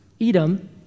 Edom